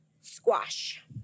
squash